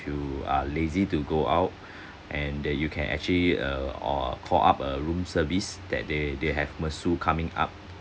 you are lazy to go out and that you can actually uh or call up a room service that they they have masseur coming up